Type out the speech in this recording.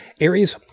Aries